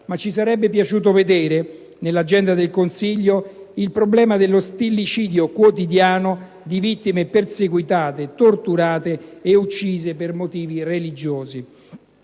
ma ci sarebbe piaciuto vedere contemplato, nell'agenda del Consiglio, il problema dello stillicidio quotidiano di vittime perseguitate, torturate e uccise per motivi religiosi.